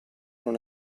non